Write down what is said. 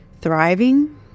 thriving